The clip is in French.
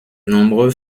nombreux